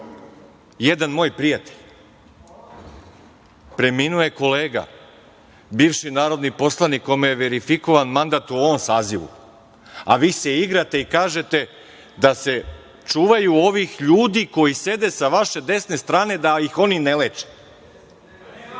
jedan moj prijatelj. Preminuo je kolega, bivši narodni poslanik kome je verifikovan mandat u ovom sazivu. A, vi se igrate i kažete da se čuvaju ovih ljudi koji sede sa vaše desne strane da ih oni ne